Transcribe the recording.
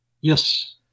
Yes